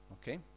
Okay